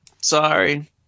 Sorry